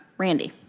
randy.